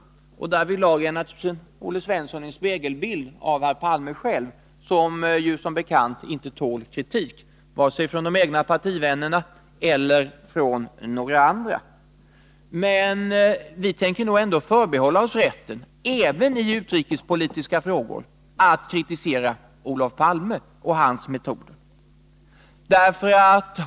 Kärnvapenfri zon Därvidlag är Olle Svensson naturligtvis en spegelbild av herr Palme själv, i Europa som ju som bekant inte tål kritik, varken från de egna partivännerna eller från några andra. Vi tänker ändå — även i utrikespolitiska frågor — förbehålla oss rätten att kritisera Olof Palme och hans metoder.